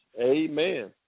Amen